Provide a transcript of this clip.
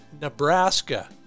nebraska